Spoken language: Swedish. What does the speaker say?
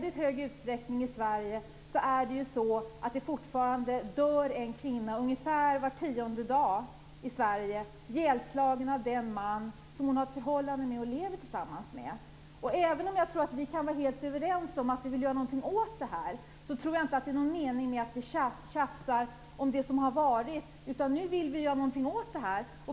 I Sverige dör fortfarande en kvinna ungefär var tionde dag, ihjälslagen av den man som hon hade ett förhållande med och levde tillsammans med. Även om jag tror att vi kan vara helt överens om att vi vill göra någonting åt detta, tror jag inte att det är någon mening med att tjafsa om det som har varit, utan nu vill vi göra någonting åt det.